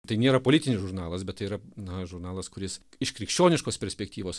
tai nėra politinis žurnalas bet tai yra na žurnalas kuris iš krikščioniškos perspektyvos